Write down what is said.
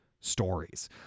stories